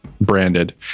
branded